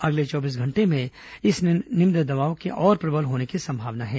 अगले चौबीस घंटे में इस निम्न दबाव के और प्रबल होने की सम्भावना है